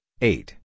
eight